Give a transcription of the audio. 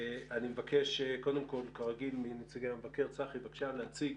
אני מבקש קודם כל מנציג המבקר, צחי בבקשה, להציג,